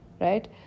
right